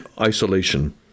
isolation